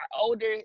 older